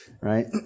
right